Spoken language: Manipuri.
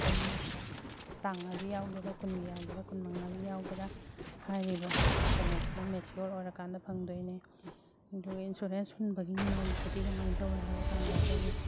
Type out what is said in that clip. ꯇꯔꯥꯃꯉꯥꯒꯤ ꯌꯥꯎꯒꯦꯔꯥ ꯀꯨꯟꯒꯤ ꯌꯥꯎꯒꯦꯔꯥ ꯀꯨꯟ ꯃꯉꯥꯒꯤ ꯌꯥꯎꯒꯦꯔꯥ ꯍꯥꯏꯔꯤꯕ ꯀꯩꯅꯣꯁꯤꯅ ꯃꯦꯆꯤꯌꯣꯔ ꯑꯣꯏꯔ ꯀꯥꯟꯗ ꯐꯪꯗꯣꯏꯅꯦ ꯑꯗꯨꯒ ꯏꯟꯁꯨꯔꯦꯟꯁ ꯍꯨꯟꯕꯒꯤ ꯅꯤꯌꯣꯝꯁꯦ ꯁꯤꯗꯤ ꯀꯃꯥꯏꯅ ꯇꯧꯏ ꯍꯥꯏꯕ ꯀꯥꯟꯗ ꯑꯩꯈꯣꯏꯒꯤ